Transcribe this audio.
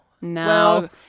no